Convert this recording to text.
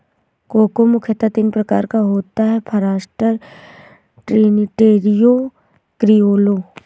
cocoa मुख्यतः तीन प्रकार का होता है फारास्टर, ट्रिनिटेरियो, क्रिओलो